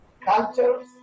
cultures